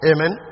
Amen